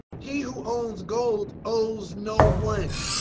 he who owns gold owes no one.